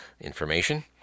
information